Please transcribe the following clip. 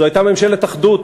זו הייתה ממשלת אחדות.